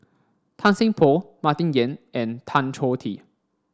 Tan Seng Poh Martin Yan and Tan Choh Tee